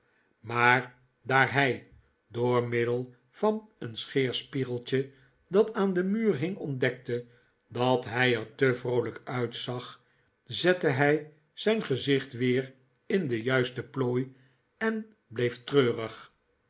maar daar hij door middel van een scheerspiegeltje dat aan den muur hing ontdekte dat hij er te vroolijk uitzag zette hij zijn gezicht weer in de juiste plooi en bleef treurig